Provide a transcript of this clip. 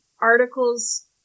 articles